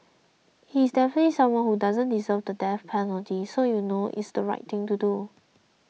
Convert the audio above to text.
he is definitely someone who doesn't deserve the death penalty so you know it's the right thing to do